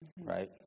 right